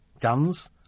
guns